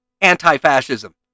anti-fascism